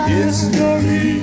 History